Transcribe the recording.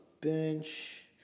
bench